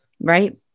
Right